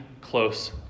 close